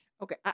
Okay